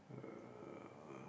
uh